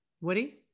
Woody